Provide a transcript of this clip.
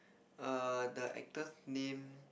err the actor's name